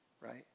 right